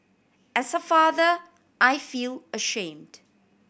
as a father I feel ashamed